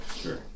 Sure